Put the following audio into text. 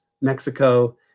Mexico